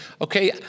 okay